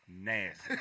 Nasty